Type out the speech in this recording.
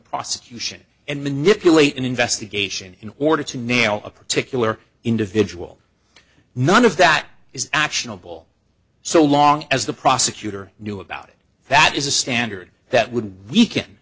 prosecution and manipulate an investigation in order to nail a particular individual none of that is actionable so long as the prosecutor knew about it that is a standard that would weaken